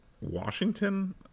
Washington